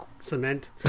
Cement